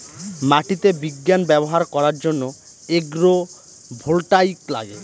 মাটিতে বিজ্ঞান ব্যবহার করার জন্য এগ্রো ভোল্টাইক লাগে